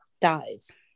dies